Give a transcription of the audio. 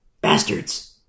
Bastards